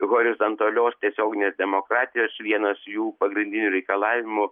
horizontalios tiesioginės demokratijos vienas jų pagrindinių reikalavimų